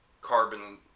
carbon